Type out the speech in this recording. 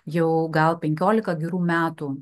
jau gal penkiolika gerų metų